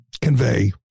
convey